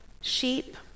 sheep